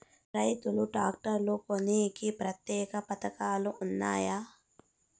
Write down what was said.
రైతులు ట్రాక్టర్లు కొనేకి ప్రత్యేక పథకాలు ఉన్నాయా?